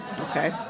okay